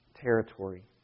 territory